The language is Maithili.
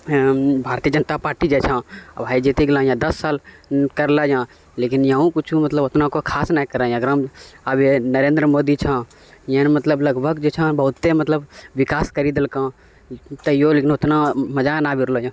भारतीय जनता पार्टी जे छऽ ओ जीति गेलऽ दस साल करलऽ यहाँ लेकिन यहूँ किछु मतलब ओतना कोइ खास नहि करै हँ एकरामे अभी नरेन्द्र मोदी छऽ ई मतलब लगभग छऽ बहुते मतलब विकास करि देलकऽ तहिओ लेकिन ओतना मजा नहि आबि रहलैए